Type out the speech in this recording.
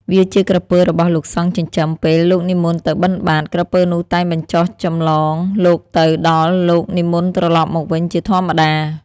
វាជាក្រពើរបស់លោកសង្ឃចិញ្ចឹម ពេល លោកនិមន្តទៅបិណ្ឌបាត ក្រពើនោះតែងបញ្ចុះចម្លងលោកទៅ ដល់លោកនិមន្តត្រឡប់មកវិញជាធម្មតា ។